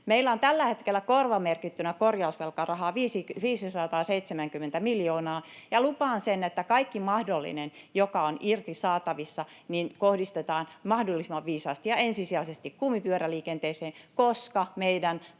Meillä on tällä hetkellä korvamerkittynä korjausvelkarahaa 570 miljoonaa. Ja lupaan sen, että kaikki mahdollinen, joka on irti saatavissa, kohdistetaan mahdollisimman viisaasti ja ensisijaisesti kumipyöräliikenteeseen, koska meidän